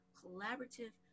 collaborative